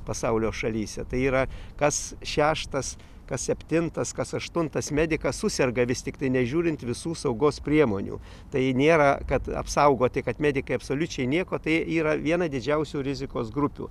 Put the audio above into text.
pasaulio šalyse tai yra kas šeštas kas septintas kas aštuntas medikas suserga vis tiktai nežiūrint visų saugos priemonių tai nėra kad apsaugoti kad medikai absoliučiai nieko tai yra viena didžiausių rizikos grupių